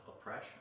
oppression